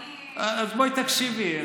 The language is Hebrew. אז בואי תקשיבי.